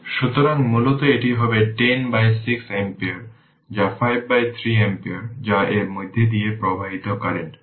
সুতরাং মূলত এটি হবে 10 বাই 6 অ্যাম্পিয়ার যা 5 বাই 3 অ্যাম্পিয়ার যা এর মধ্য দিয়ে প্রবাহিত কারেন্ট